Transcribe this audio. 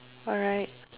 alright